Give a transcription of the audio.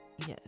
Yes